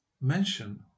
mention